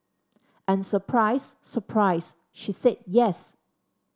and surprise surprise she said yes